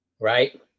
right